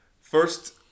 First